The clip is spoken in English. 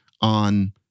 on